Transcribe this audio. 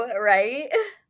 right